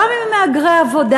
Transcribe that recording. גם אם הם מהגרי עבודה,